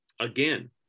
again